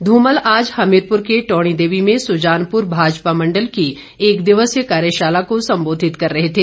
धूमल आज हमीरपुर के टौणी देवी में सुजानपुर भाजपा मंडल की एक दिवसीय कार्यशाला को संबोधित कर रहे थे